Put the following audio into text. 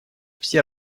все